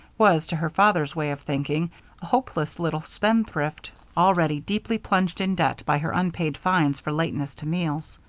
was, to her father's way of thinking, a hopeless little spendthrift, already deeply plunged in debt by her unpaid fines for lateness to meals.